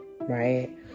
right